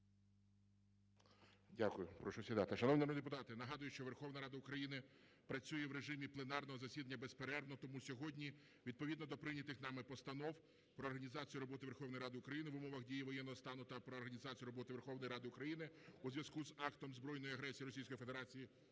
Дякую. Прошу сідати. Шановні народні депутати, нагадую, що Верховна Рада України працює в режимі пленарного засідання безперервно. Тому сьогодні відповідно до прийнятих нами постанов "Про організацію роботи Верховної Ради України в умовах дії воєнного стану" та "Про організацію роботи Верховної Ради України у зв'язку з актом збройної агресії Російської Федерації